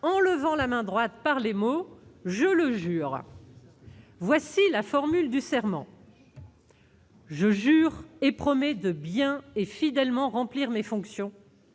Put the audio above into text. en levant la main droite, par les mots :« Je le jure. » Voici la formule du serment :« Je jure et promets de bien et fidèlement remplir mes fonctions,